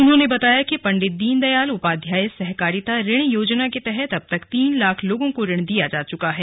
उन्होंने बताया कि पंडित दीनदयाल उपाध्याय सहकारिता ऋण योजना के तहत अब तक तीन लाख लोगों को ऋण दिया जा चुका है